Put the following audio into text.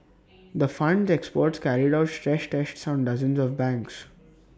the Fund's experts carried out stress tests on dozens of banks